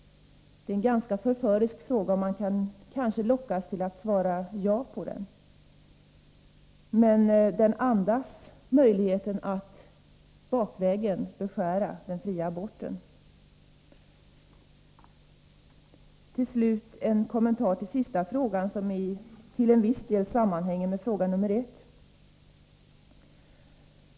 Det är en ganska förförisk fråga, och man kanske kan lockas att svara ja på den. Den andas en möjlighet att bakvägen beskära den fria aborten. Jag vill också göra en kommentar till den sista frågan, som till en viss del sammanhänger med fråga nr 1.